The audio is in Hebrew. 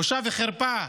בושה וחרפה.